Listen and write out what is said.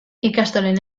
ikastolen